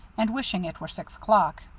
and wishing it were six o'clock.